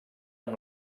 amb